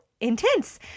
intense